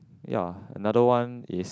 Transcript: ya another one is